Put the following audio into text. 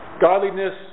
godliness